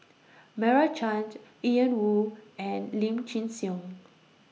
Meira Chand Ian Woo and Lim Chin Siong